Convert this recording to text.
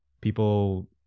People